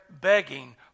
begging